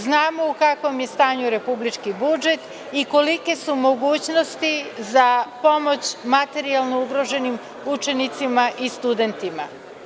Znamo u kakvom je stanju republički budžet i kolike su mogućnosti za pomoć materijalno ugroženim učenicima i studentima.